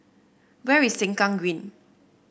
where is Sengkang Green